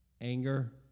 Anger